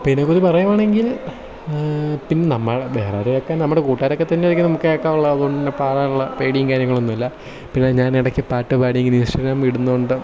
പിന്നെ ഇതേപോലെ പറയുകയാണെങ്കിൽ പിന്നെ നമ്മൾ വേറെയാർ കേൾക്കാനാണ് നമ്മുടെ കൂട്ടുകാരൊക്കെ തന്നെ കേൾക്കാനുള്ള അതുപോലെ പാടാറുള്ള പേടിയും കാര്യങ്ങളൊന്നുമില്ല പിന്നെ ഞാൻ ഇടയ്ക്ക് പാട്ടു പാടി ഇങ്ങനെ സ്ഥിരം വിടുന്നുണ്ട്